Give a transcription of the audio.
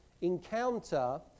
encounter